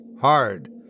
hard